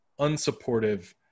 unsupportive